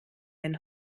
ein